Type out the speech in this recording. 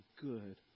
good